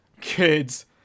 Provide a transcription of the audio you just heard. kids